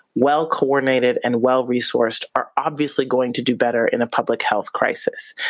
well coordinated and well resourced are obviously going to do better in a public health crisis.